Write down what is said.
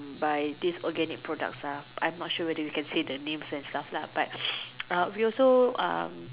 by this organic products ah I'm not sure whether you can say the names and stuff lah but um we also um